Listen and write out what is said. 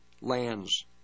lands